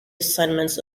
assignments